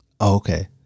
Okay